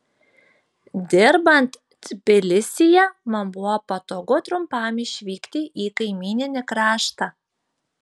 dirbant tbilisyje man buvo patogu trumpam išvykti į kaimyninį kraštą